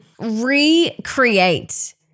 recreate